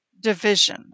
division